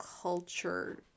culture